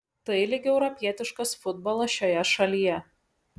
tai lyg europietiškas futbolas šioje šalyje